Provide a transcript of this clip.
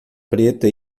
preta